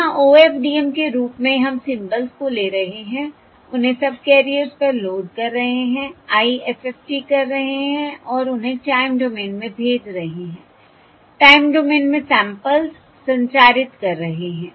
जहां OFDM के रूप में हम सिंबल्स को ले रहे हैं उन्हें सबकैरियर्स पर लोड कर रहे हैं IFFT कर रहे हैं और उन्हें टाइम डोमेन में भेज रहे हैं टाइम डोमेन में सैंपल्स संचारित कर रहे हैं